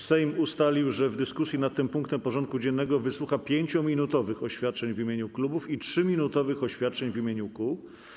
Sejm ustalił, że w dyskusji nad tym punktem porządku dziennego wysłucha 5-minutowych oświadczeń w imieniu klubów i 3-minutowych oświadczeń w imieniu kół.